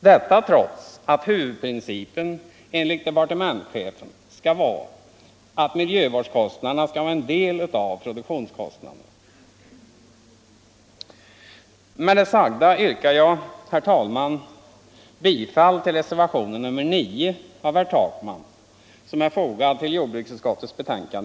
Detta trots att huvudprincipen, enligt departementschefen, skall vara att miljövårdskostnaderna utgör en del av produktionskostnaderna. Med det sagda yrkar jag, herr talman, bifall till reservationen 9 av